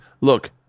Look